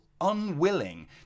unwilling